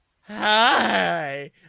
Hi